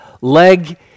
leg